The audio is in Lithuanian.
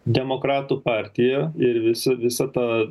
demokratų partija ir visi visa ta